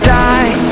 die